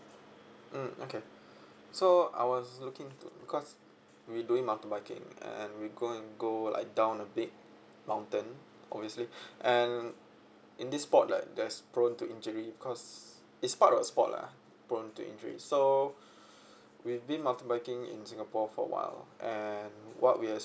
mm okay so I was looking to because we doing mountain biking and we're going to go like down a big mountain obviously and in this sport like there's prone to injury because it's part of sport lah prone to injury so we've been mountain biking in singapore for a while and what we